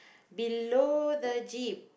below the jeep